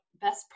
best